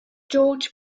george